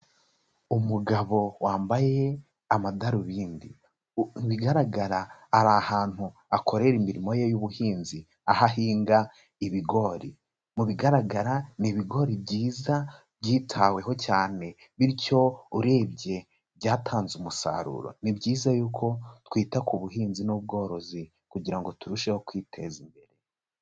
Umugabo wambaye amadarubindi, mu bigaragara ari ahantu akorera imirimo ye y'ubuhinzi, aho ahinga ibigori, mu bigaragara ni ibigori byiza byitaweho cyane bityo urebye byatanze umusaruro, ni byiza yuko twita ku buhinzi n'ubworozi kugira ngo turusheho kwiteza imbere.